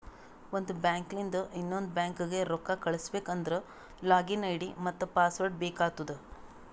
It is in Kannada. ಒಂದ್ ಬ್ಯಾಂಕ್ಲಿಂದ್ ಇನ್ನೊಂದು ಬ್ಯಾಂಕ್ಗ ರೊಕ್ಕಾ ಕಳುಸ್ಬೇಕ್ ಅಂದ್ರ ಲಾಗಿನ್ ಐ.ಡಿ ಮತ್ತ ಪಾಸ್ವರ್ಡ್ ಬೇಕ್ ಆತ್ತುದ್